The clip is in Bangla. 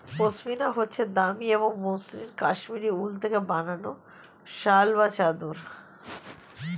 পশমিনা হচ্ছে দামি এবং মসৃন কাশ্মীরি উল থেকে বানানো শাল বা চাদর